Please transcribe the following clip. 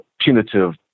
punitive